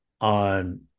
on